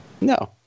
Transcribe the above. No